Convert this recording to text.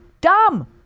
Dumb